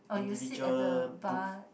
oh you sit at the bar